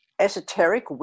Esoteric